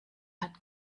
hat